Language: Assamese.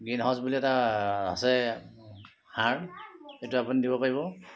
গ্ৰীণ হাউচ বুলি এটা আছে সাৰ সেইটো আপুনি দিব পাৰিব